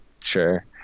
Sure